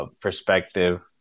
perspective